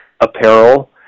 apparel